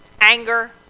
Anger